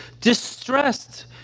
distressed